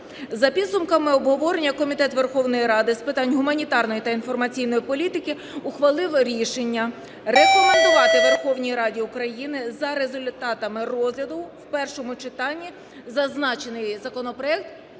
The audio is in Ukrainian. За підсумками обговорення Комітет Верховної Ради з питань гуманітарної та інформаційної політики ухвалив рішення рекомендувати Верховній Раді України за результатами розгляду в першому читанні зазначений законопроект